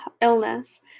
illness